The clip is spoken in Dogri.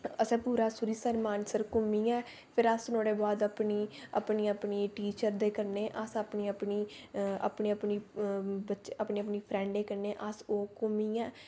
पूरा सरूईंसर मानसर घुम्मियै फिर अस नुआढ़े बाद अस अपनी अपनी अपनी टीचर दे कन्नै अस अपनी अपनी अपनी अपनी अपनी अपनी फ्रैंडें कन्नै अस ओह् घुम्मियै